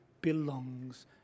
belongs